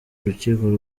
urukiko